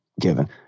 given